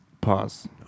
Pause